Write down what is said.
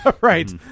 right